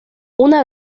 una